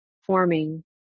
forming